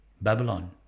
Babylon